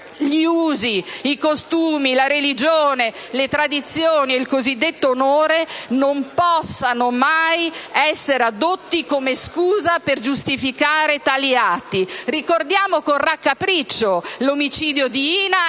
gli usi e costumi, la religione, le tradizioni o il cosiddetto onore non possano mai essere addotti come scusa per giustificare tali atti. Ricordiamo con raccapriccio l'omicidio di Hina